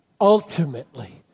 ultimately